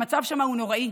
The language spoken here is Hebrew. המצב שם הוא נוראי.